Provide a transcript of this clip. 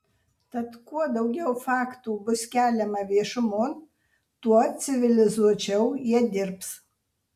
tad kuo daugiau faktų bus keliama viešumon tuo civilizuočiau jie dirbs